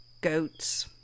Goats